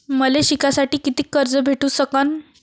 मले शिकासाठी कितीक कर्ज भेटू सकन?